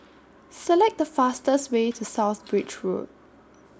Select The fastest Way to South Bridge Road